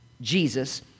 Jesus